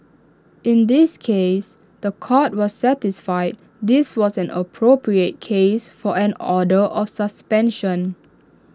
in this case The Court was satisfied this was an appropriate case for an order or suspension